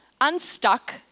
Unstuck